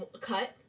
cut